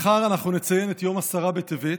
מחר אנחנו נציין את יום עשרה בטבת,